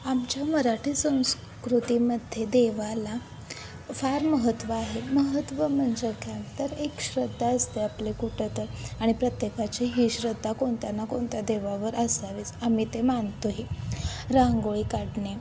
आमच्या मराठी संस्कृतीमध्ये देवाला फार महत्त्व आहे महत्त्व म्हणजे काय तर एक श्रद्धा असते आपले कुठं तर आणि प्रत्येकाची ही श्रद्धा कोणत्या ना कोणत्या देवावर असावीच आम्ही ते मानतोही रांगोळी काढणे